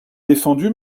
défendu